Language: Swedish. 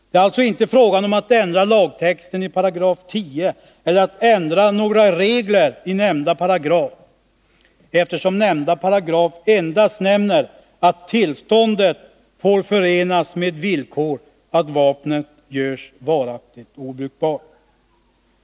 Det är alltså inte fråga om att ändra lagtexten i 10§ eller att ändra några regler i nämnda paragraf, eftersom nämnda paragraf endast nämner att tillståndet får förenas med villkor att vapnet görs varaktigt obrukbart.